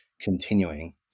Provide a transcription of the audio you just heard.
continuing